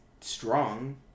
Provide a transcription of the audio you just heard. strong